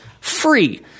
free